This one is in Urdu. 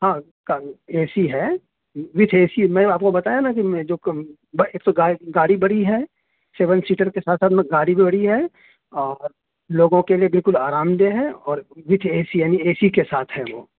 ہاں کل اے سی ہے وتھ اے سی میں آپ کو بتایا نا کہ میں جو سو گا گاڑی بڑی ہے سیون سیٹر کے ساتھ ساتھ میں گاڑی بھی بڑی ہے اور لوگوں کے لیے بالکل آرام دہ ہے اور وتھ اے سی یعنی اے سی کے ساتھ ہے وہ